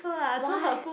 what